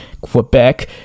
Quebec